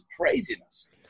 craziness